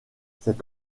cet